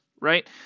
right